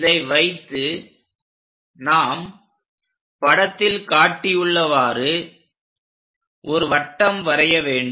இதை வைத்து நாம் படத்தில் காட்டியுள்ளவாறு ஒரு வட்டம் வரைய வேண்டும்